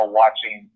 watching